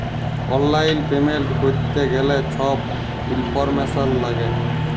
অললাইল পেমেল্ট ক্যরতে গ্যালে ছব ইলফরম্যাসল ল্যাগে